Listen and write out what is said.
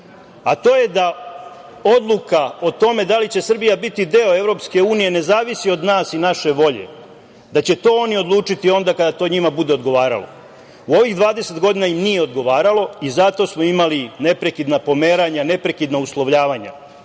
a to je da odluka o tome da li će Srbija biti deo EU ne zavisi od nas i naše volje, da će to oni odlučiti onda kada to njima bude odgovaralo. U ovih 20 godina im nije odgovaralo i zato smo imali neprekidna pomeranja, neprekidna uslovljavanja.